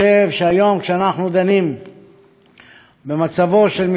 כשאנחנו דנים במצבו של מפרץ חיפה,